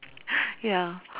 ya